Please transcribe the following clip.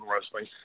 wrestling